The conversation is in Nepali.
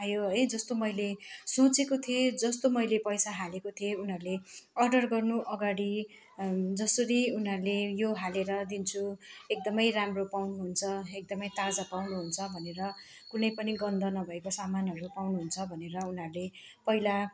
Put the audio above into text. आयो है जस्तो मैले सोचेको थिएँ जस्तो मैले पैसा हालेको थिएँ उनीहरूले अर्डर गर्नु अगाडि जसरी उनीहरूले यो हालेर दिन्छु एकदमै राम्रो पाउनुहुन्छ एकदमै ताजा पाउनुहुन्छ भनेर कुनै पनि गन्ध नभएको सामानहरू पाउनुहुन्छ भनेर उनीहरूले पहिला